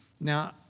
Now